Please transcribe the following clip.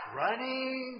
running